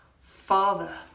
father